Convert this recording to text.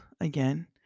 again